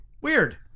Weird